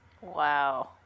Wow